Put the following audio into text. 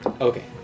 Okay